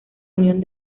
unión